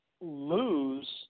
lose